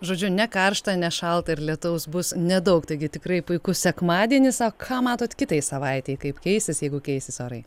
žodžiu nekaršta nešalta ir lietaus bus nedaug taigi tikrai puikus sekmadienis o ką matot kitai savaitei kaip keisis jeigu keisis orai